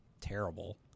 terrible